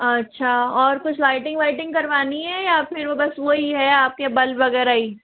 अच्छा और कुछ लाइटिंग वाइटिंग करवानी है या फिर बस वही है आप के बल्ब वग़ैरह ही